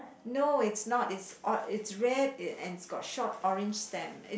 no it's not it's or~ it's red it and it's got short orange stem